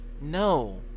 no